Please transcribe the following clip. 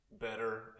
better